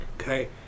Okay